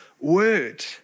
word